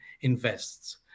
invests